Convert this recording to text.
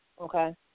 okay